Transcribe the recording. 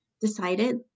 decided